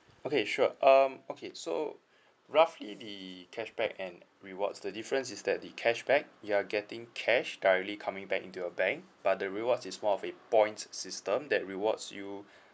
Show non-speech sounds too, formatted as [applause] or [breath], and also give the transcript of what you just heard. okay sure um okay so roughly the cashback and rewards the difference is that the cashback you're getting cash directly coming back into your bank but the rewards it's more of a points system that rewards you [breath]